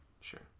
Sure